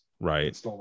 right